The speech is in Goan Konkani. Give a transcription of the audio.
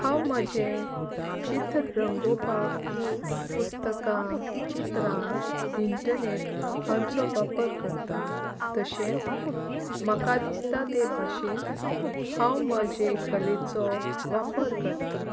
हांव म्हजें चित्र रंगोवपाक पुस्तकां चित्रां इंटरनेट हांचो वापर करतां तशेंच म्हाका दिसता ते भाशेन हांव म्हजे कलेचो वापर करतां